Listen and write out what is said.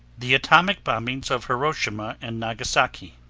the atomic bombings of hiroshima and nagasaki